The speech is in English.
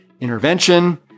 intervention